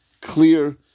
clear